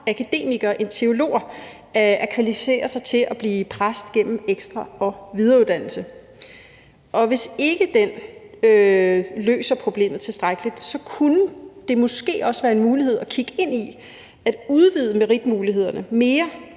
akademikere end teologer at kvalificere sig til at blive præst gennem ekstra- og videreuddannelse. Og hvis ikke den løser problemet tilstrækkeligt, kunne det måske også være en mulighed at kigge ind i at udvide meritmulighederne mere,